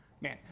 man